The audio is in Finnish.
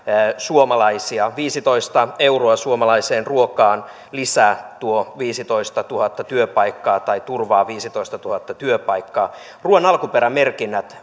suomalaisia viisitoista euroa lisää suomalaiseen ruokaan tuo viisitoistatuhatta työpaikkaa tai turvaa viisitoistatuhatta työpaikkaa ruuan alkuperämerkinnät